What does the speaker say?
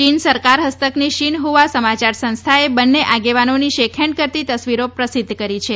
ચીન સરકાર હસ્તકની શીનહ્આ સમાચાર સંસ્થાએ બંને આગેવાનોની શેક હેન્ડ કરતી તસ્વીરો પ્રસિદ્ધ કરી છે